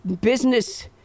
business